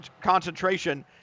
concentration